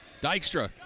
Dykstra